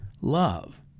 love